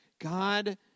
God